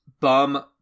bum